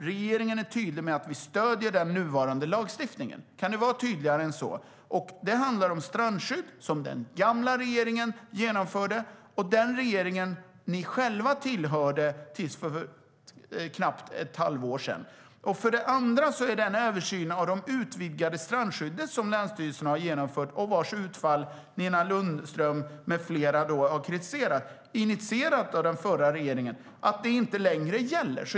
Regeringen är tydlig med att vi stöder den nuvarande lagstiftningen. Kan det vara tydligare än så? Det handlar om bestämmelser om strandskydd som den gamla regeringen genomförde, den regering Nina Lundströms parti ingick i fram till för knappt ett halvår sedan. Det andra är en översyn av det utvidgade strandskyddet som länsstyrelsen har genomfört på initiativ av den förra regeringen och vars utfall Nina Lundström med flera har kritiserat. Det har sagts att detta inte längre gäller.